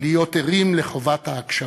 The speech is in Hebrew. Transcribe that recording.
להיות ערים לחובת ההקשבה.